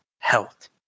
health